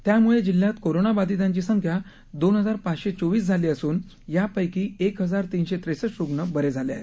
त्यामुळे जिल्ह्यात कोरोनाबाधितांची संख्या दोन हजार पाचशे चोविस झाली असून यापैकी एक हजार तीनशे त्रेसष्ट रुग्ण बरे झाले आहेत